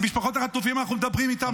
משפחות החטופים, אנחנו מדברים איתן.